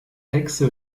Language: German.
hexe